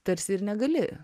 tarsi ir negali